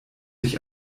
ich